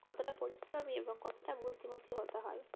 কতটা পরিশ্রমী এবং কতটা বুদ্ধিমতী হতে হয়